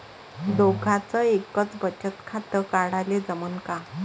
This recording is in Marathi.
दोघाच एकच बचत खातं काढाले जमनं का?